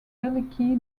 veliky